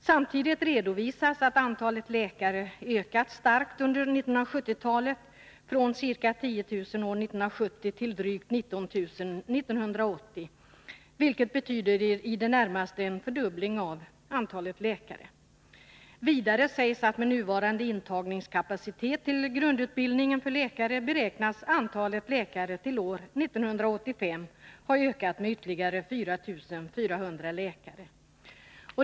Samtidigt redovisas att antalet läkare har ökat starkt under 1970-talet, från ca 10 000 år 1970 till drygt 19 000 år 1980, vilket betyder i det närmaste en fördubbling av antalet läkare. Vidare sägs att med nuvarande intagningskapacitet till grundutbildningen för läkare beräknas antalet läkare till år 1985 ha ökat med ytterligare 4 400 läkare.